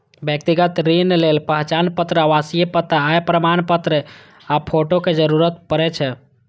व्यक्तिगत ऋण लेल पहचान पत्र, आवासीय पता, आय प्रमाणपत्र आ फोटो के जरूरत पड़ै छै